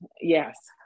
yes